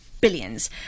Billions